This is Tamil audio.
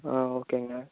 ஆ ஓகேங்க